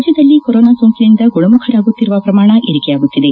ರಾಜ್ಯದಲ್ಲಿ ಕೊರೊನಾ ಸೋಂಕಿನಿಂದ ಗುಣಮುಖರಾಗುತ್ತಿರುವ ಪ್ರಮಾಣ ಏರಿಕೆಯಾಗುತ್ತಿದೆ